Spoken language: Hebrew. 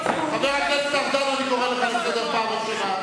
שום דבר לא אמרת.